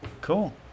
Cool